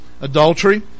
adultery